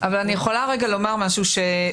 אנחנו לא אמונים על התחום הזה באופן כללי,